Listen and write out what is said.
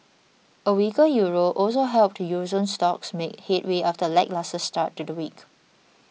a weaker Euro also helped Euro zone stocks make headway after a lacklustre start to the week